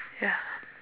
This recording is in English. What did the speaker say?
ya